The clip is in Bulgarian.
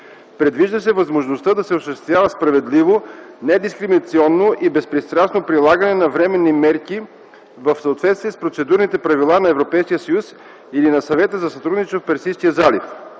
Предвижда се възможността да се осъществява справедливост, недискриминационно и безпристрастно прилагане на временни мерки в съответствие с процедурните правила на Европейския съюз или на Съвета за сътрудничество в Персийския залив.